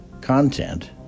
content